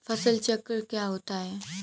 फसल चक्रण क्या होता है?